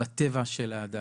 בטבע של האדם,